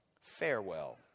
Farewell